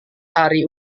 hari